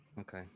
Okay